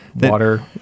Water